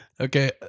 Okay